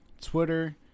Twitter